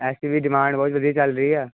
S D ਦੀ demand ਬਹੁਤ ਵਧੀਆ ਚੱਲ ਰਹੀ ਆ